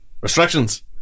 restrictions